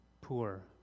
poor